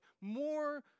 more